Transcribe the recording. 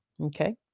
Okay